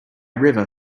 river